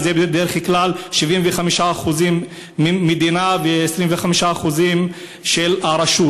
וזה בדרך כלל 75% של המדינה ו-25% של הרשות.